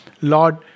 Lord